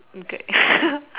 okay